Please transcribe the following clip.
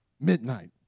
midnight